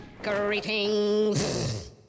Greetings